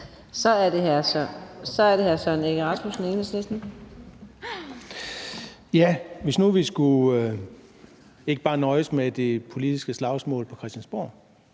Kl. 19:00 Søren Egge Rasmussen (EL): Hvis nu vi skulle ikke bare nøjes med det politiske slagsmål på Christiansborg,